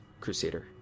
Crusader